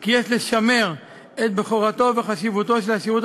כי יש לשמר את בכורתו וחשיבותו של השירות